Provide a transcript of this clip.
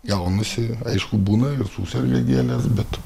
gaunasi aišku būna ir suserga gėlės bet